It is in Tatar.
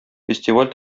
фестиваль